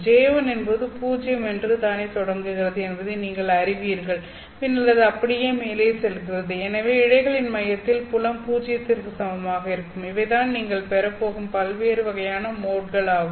J1 என்பது பூஜ்ஜியம் என்று தானே தொடங்குகிறது என்பதை நீங்கள் அறிவீர்கள் பின்னர் அது அப்படியே மேலே செல்கிறது எனவே இழைகளின் மையத்தில் புலம் பூஜ்ஜியத்திற்கு சமமாக இருக்கும் இவை தான் நீங்கள் பெறப் போகும் பல்வேறு வகையான மோட்கள் ஆகும்